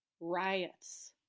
Riots